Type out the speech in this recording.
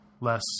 Less